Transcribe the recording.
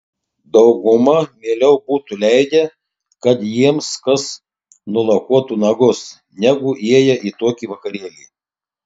dauguma mieliau būtų leidę kad jiems kas nulakuotų nagus negu ėję į tokį vakarėlį